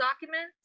Documents